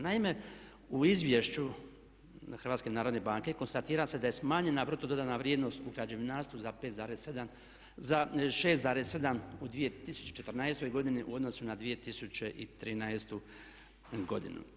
Naime, u izvješću HNB-a konstatira se da je smanjena bruto dodana vrijednost u građevinarstvu za 6,7 u 2014. godini u odnosu na 2013. godinu.